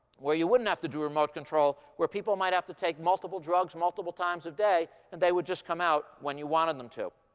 where you wouldn't have to do remote control, where people might have to take multiple drugs multiple times a day. and they would just come out when you wanted them to.